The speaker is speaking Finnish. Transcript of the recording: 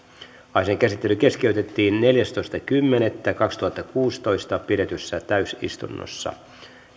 asian käsittely keskeytettiin neljästoista kymmenettä kaksituhattakuusitoista pidetyssä täysistunnossa